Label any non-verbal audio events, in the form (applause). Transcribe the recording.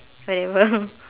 whatever (laughs)